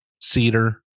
cedar